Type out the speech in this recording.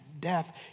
death